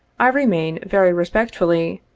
i remain, very respectfully,